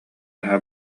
наһаа